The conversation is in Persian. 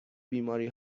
بیماری